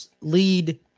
lead